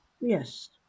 Yes